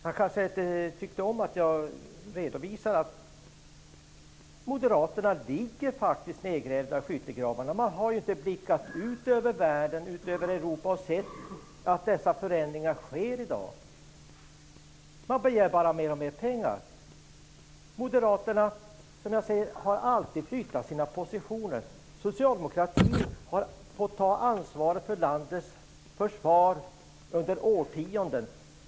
Han kanske inte tyckte om att jag redovisade att Moderaterna ligger nedgrävda i skyttegravarna. De har inte blickat ut över världen och Europa och sett att dessa förändringar sker i dag. De begär bara mer och mer pengar. Moderaterna har alltid flyttat sina positioner. Socialdemokraterna har fått ta ansvar för landets försvar under årtionden.